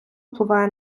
впливає